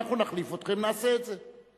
אנחנו נחליף אתכם, נעשה את זה.